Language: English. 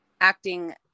acting